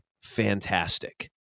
fantastic